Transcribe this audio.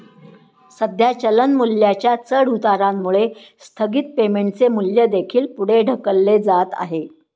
सध्या चलन मूल्याच्या चढउतारामुळे स्थगित पेमेंटचे मूल्य देखील पुढे ढकलले जात आहे